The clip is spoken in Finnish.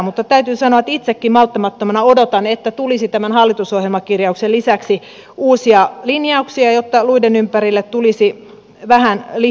mutta täytyy sanoa että itsekin malttamattomana odotan että tulisi tämän hallitusohjelmakirjauksen lisäksi uusia linjauksia jotta luiden ympärille tulisi vähän lihaakin